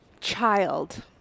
Child